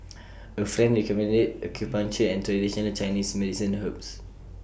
A friend recommended acupuncture and traditional Chinese medicine herbs